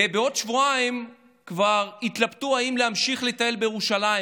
ואחרי שבועיים כבר התלבטו אם להמשיך לטייל בירושלים,